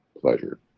pleasure